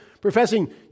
professing